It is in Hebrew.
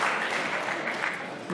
הקהל יישאר במקומו עד יציאת נשיא המדינה מהאולם.